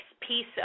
piece